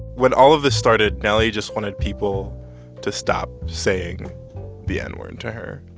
when all of this started, nelly just wanted people to stop saying the n-word to her.